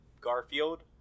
Garfield